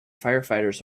firefighters